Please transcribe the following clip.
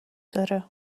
داره